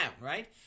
right